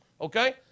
Okay